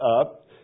up